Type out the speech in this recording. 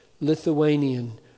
Lithuanian